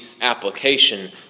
application